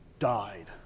died